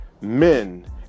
men